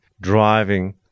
driving